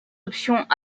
options